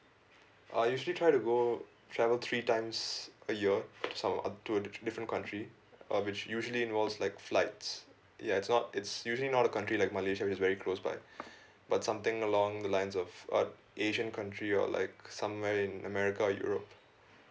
I usually try to go travel three times a year different country I will be usually involves like flights ya it's not it's usually not a country like malaysia which is very close by but something along the lines of uh asian country or like somewhere in america or europe